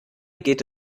geht